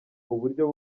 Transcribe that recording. uburyo